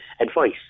advice